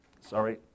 sorry